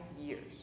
years